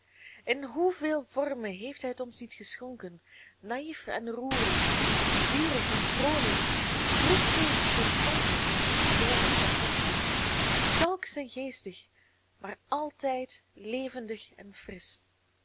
in hoeveel vormen heeft hij het ons niet geschonken naïef en roerend zwierig en vroolijk droefgeestig en somber schoon en sarcastisch schalksch en geestig maar altijd levendig en frisch